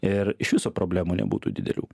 ir iš viso problemų nebūtų didelių